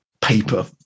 paper